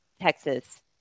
Texas